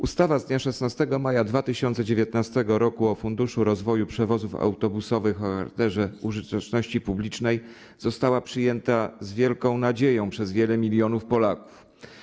Ustawa z dnia 16 maja 2019 r. o Funduszu rozwoju przewozów autobusowych o charakterze użyteczności publicznej została przyjęta z wielką nadzieją przez wiele milionów Polaków.